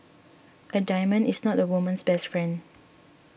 a diamond is not a woman's best friend